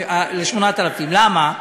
למה?